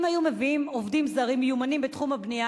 אם הם היו מביאים עובדים זרים מיומנים בתחום הבנייה,